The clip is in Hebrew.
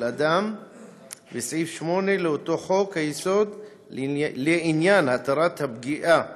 אדם וסעיף 8 לאותו חוק-היסוד לעניין התרת הפגיעה